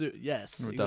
Yes